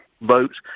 votes